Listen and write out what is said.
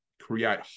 create